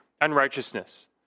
unrighteousness